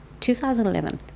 2011